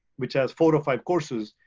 which has four or five courses,